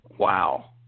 wow